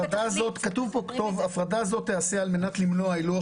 כתוב כאן ש"הפרדה זאת תיעשה על מנת למנוע הילוך